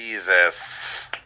Jesus